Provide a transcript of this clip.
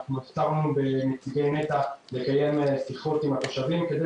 אנחנו הפצרנו בנציגי נת"ע לקיים שיחות עם התושבים כדי